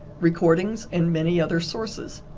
recordings, and many other sources.